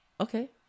okay